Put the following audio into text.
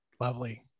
Lovely